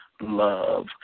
love